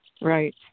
Right